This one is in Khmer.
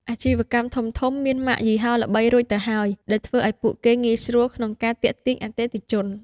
អាជីវកម្មធំៗមានម៉ាកយីហោល្បីរួចទៅហើយ ដែលធ្វើឱ្យពួកគេងាយស្រួលក្នុងការទាក់ទាញអតិថិជន។